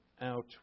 out